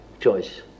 choice